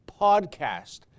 PODCAST